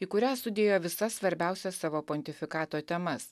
į kurią sudėjo visas svarbiausias savo pontifikato temas